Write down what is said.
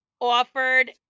Offered